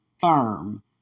firm